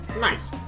Nice